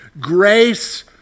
grace